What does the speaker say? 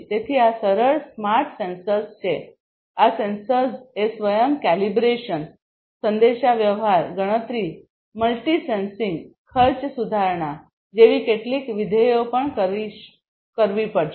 તેથી આ સરળ સ્માર્ટ સેન્સર્સ છે આ સેન્સર્સએ સ્વયં કેલિબ્રેશન સંદેશાવ્યવહાર ગણતરી મલ્ટિ સેન્સિંગ ખર્ચ સુધારણા જેવી કેટલીક વિધેયો પણ કરવી પડશે